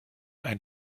ein